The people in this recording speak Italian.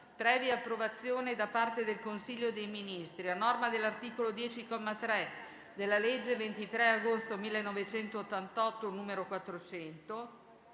previa approvazione da parte del Consiglio dei Ministri, a norma dell'articolo 10, comma 3, della legge 23 agosto l988, n. 400,